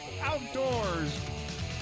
Outdoors